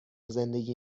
زندگی